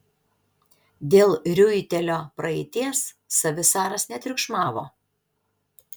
dėl riuitelio praeities savisaras netriukšmavo